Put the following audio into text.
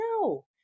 No